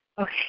Okay